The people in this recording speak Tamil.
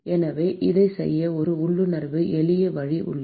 எனவே இதைச் செய்ய ஒரு உள்ளுணர்வு எளிய வழி உள்ளது